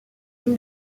une